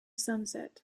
sunset